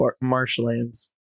marshlands